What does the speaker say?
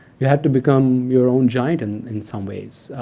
you have to become your own giant and in some ways.